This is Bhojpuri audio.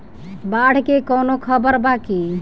बाढ़ के कवनों खबर बा की?